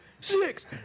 six